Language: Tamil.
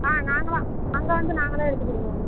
ஆ நாங்களாக அங்கே வந்து நாங்களே எடுத்துக்கிடுவோம்